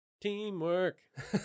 Teamwork